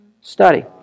Study